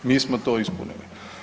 Mi smo to ispunili.